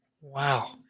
Wow